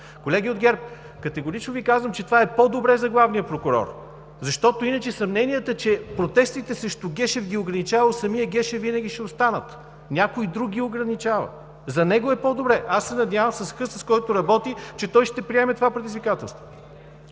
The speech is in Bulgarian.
Колеги от ГЕРБ, категорично Ви казвам, че това е по-добре за главния прокурор, защото иначе съмненията, че протестите срещу Гешев ги ограничавал самият Гешев винаги ще останат. Някой друг ги ограничава. За него е по-добре. Аз се надявам с хъса, с който работи, че той ще приеме това предизвикателство.